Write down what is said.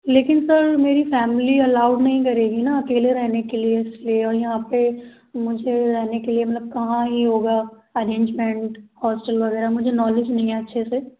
लेकिन सर मेरी family allowed नहीं करेगी न अकेले रहने के लिए इसलिए और यहाँ पर मुझे रहने के लिए मैं कहाँ ही होगा अरेंजमेंट हॉस्टल वगैरह मुझे नॉलेज नहीं है अच्छे से